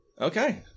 Okay